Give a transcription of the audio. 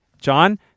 John